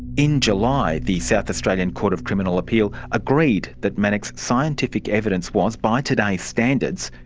in july, the south australian court of criminal appeal agreed that manock's scientific evidence was, by today's standards,